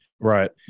Right